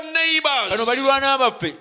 neighbors